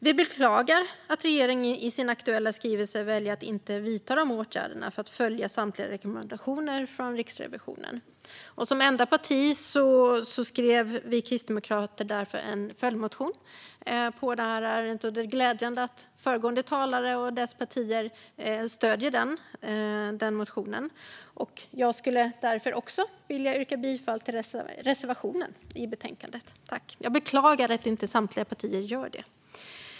Vi beklagar att regeringen i sin aktuella skrivelse väljer att inte vidta åtgärder för att följa samtliga rekommendationer från Riksrevisionen. Som enda parti skrev vi kristdemokrater därför en följdmotion i detta ärende. Det är glädjande att föregående talare och deras partier stöder den motionen. Jag skulle därför också vilja yrka bifall till reservationen i betänkandet. Jag beklagar att inte samtliga partier gör det.